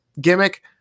gimmick